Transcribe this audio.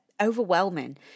overwhelming